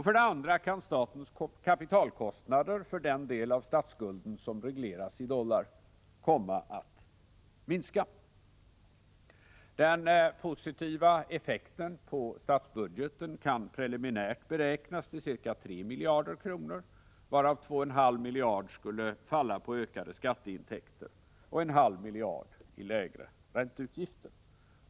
För det andra kan statens kapitalkostnader för den del av statsskulden som regleras i dollar komma att minska. Den positiva effekten på statsbudgeten kan preliminärt beräknas till ca 3 miljarder kronor, varav 2,5 miljarder skulle falla på ökade skatteintäkter och 1/2 miljard på lägre ränteutgifter.